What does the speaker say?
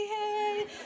hey